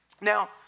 Now